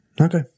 Okay